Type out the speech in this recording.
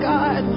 God